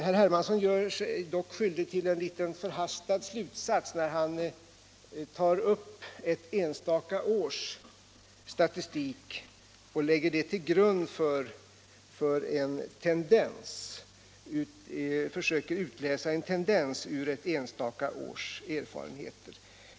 Herr Hermansson gör sig dock skyldig till en något förhastad slutsats när han försöker utläsa en tendens av ett enstaka års erfarenheter.